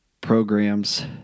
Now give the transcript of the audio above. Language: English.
programs